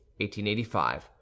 1885